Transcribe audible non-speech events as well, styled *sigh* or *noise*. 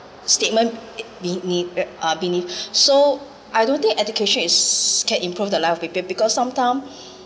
statement be~ ne~ uh beneath *breath* so I don't think education is can improve the life of people because sometime